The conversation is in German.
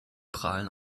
prahlen